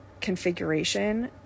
configuration